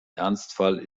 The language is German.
ernstfall